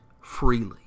freely